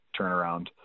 turnaround